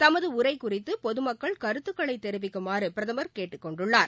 தமது உரை குறித்து பொதுமக்கள் கருத்துக்களைத் தெரிவிக்குமாறு பிரதமர் கேட்டுக் கொண்டுள்ளார்